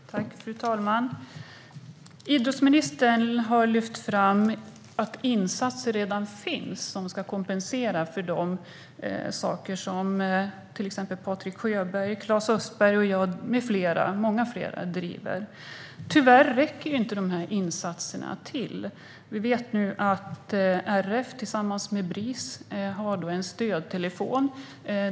Fru talman! Idrottsministern har lyft fram att insatser redan finns som ska kompensera för de saker som till exempel Patrik Sjöberg och Klas Östberg med flera - många flera - driver. Tyvärr räcker de här insatserna inte till. Vi vet nu att RF tillsammans med Bris har en stödtelefon.